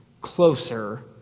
closer